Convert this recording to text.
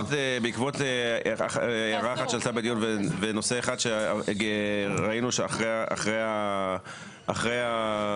בעקבות הערה אחת שעלתה בדיון ונושא אחד שראינו שאחרי הפרסום